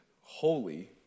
holy